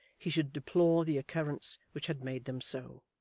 he should deplore the occurrence which had made them so.